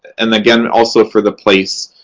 and again, also for the place,